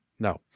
No